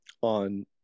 on